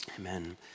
amen